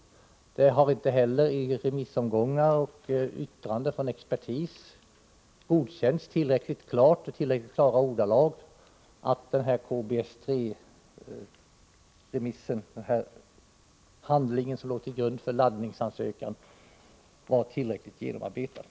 Expertis och remissinstanser anser inte heller att KBS-3-metoden är Nr 148 tillräckligt genomarbetad.